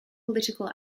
political